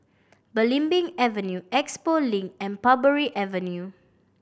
Belimbing Avenue Expo Link and Parbury Avenue